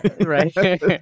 Right